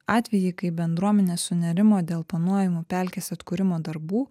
atvejį kai bendruomenės sunerimo dėl planuojamų pelkės atkūrimo darbų